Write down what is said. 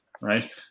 Right